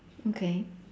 okay